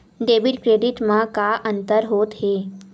Debit credit मा का अंतर होत हे?